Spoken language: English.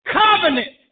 covenant